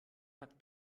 hat